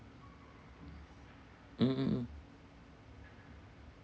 mm mm mm